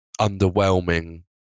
underwhelming